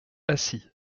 acy